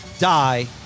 Die